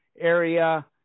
area